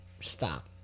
stop